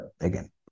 again